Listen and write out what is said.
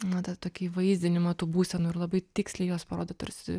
na tą tokį įvaizdinimą tų būsenų ir labai tiksliai jos parodo tarsi